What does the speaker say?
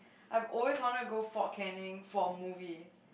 I always wanted to go Fort Canning for a movie